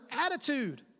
attitude